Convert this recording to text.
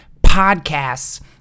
podcasts